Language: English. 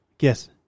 Yes